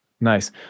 Nice